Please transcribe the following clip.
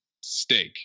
steak